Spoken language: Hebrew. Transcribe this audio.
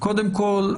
קודם כול,